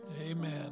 Amen